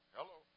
Hello